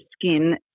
skin